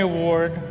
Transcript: Award